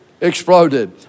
exploded